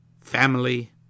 family